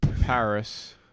Paris